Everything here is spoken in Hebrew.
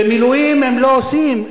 ומילואים הם לא עושים,